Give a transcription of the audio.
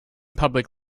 public